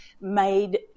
made